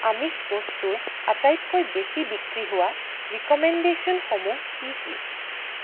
আমিষ বস্তুৰ আটাইতকৈ বেছি বিক্ৰী হোৱা ৰিক'মেণ্ডেশ্যনসমূহ কি কি